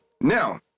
Now